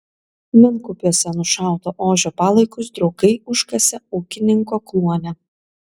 menkupiuose nušauto ožio palaikus draugai užkasė ūkininko kluone